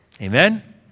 Amen